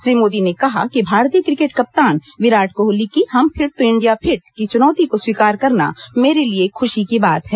श्री मोदी ने कहा कि भारतीय क्रिकेट कप्तान विराट कोहली की हम फिट तो इंडिया फिट की चुनौती को स्वीकार करना मेरे लिए खुशी की बात है